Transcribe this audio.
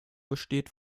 besteht